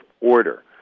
order